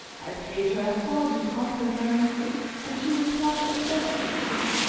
i paid her a thousand compliments and she replied as best she could.